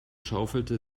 schaufelte